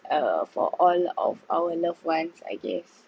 uh for all of our loved ones I guess